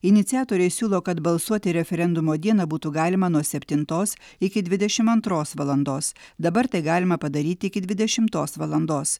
iniciatoriai siūlo kad balsuoti referendumo dieną būtų galima nuo septintos iki dvidešim antros valandos dabar tai galima padaryti iki dvidešimtos valandos